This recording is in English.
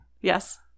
yes